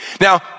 Now